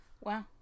Wow